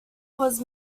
was